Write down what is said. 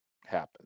happen